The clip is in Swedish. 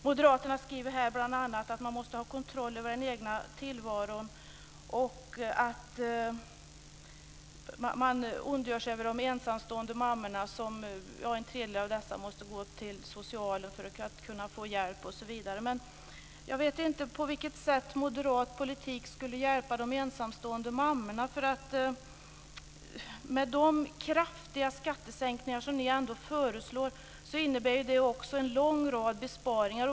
Moderaterna skriver här bl.a. att man måste ha kontroll över den egna tillvaron och man ondgör sig över de ensamstående mammorna av vilka en tredjedel måste gå till socialen för att få hjälp osv. Jag vet inte på vilket sätt moderat politik skulle hjälpa de ensamstående mammorna, för de kraftiga skattesänkningar som ni föreslår innebär ju en lång rad besparingar.